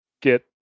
get